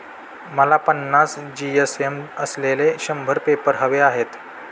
मला पन्नास जी.एस.एम असलेले शंभर पेपर हवे आहेत